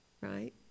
right